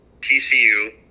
TCU